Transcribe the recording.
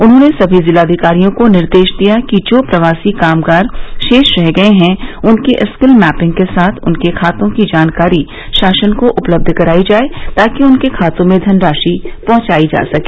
उन्होंने सभी जिलाधिकारियों को निर्देश दिया कि जो प्रवासी कामगार शेष रह गये है उनकी स्किल मैपिंग के साथ उनके खातों की जानकारी शासन को उपलब्ध कराई जाये ताकि उनके खातों में धनराशि पहुंचाई जा सके